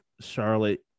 Charlotte